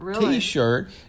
T-shirt